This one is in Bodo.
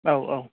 औ औ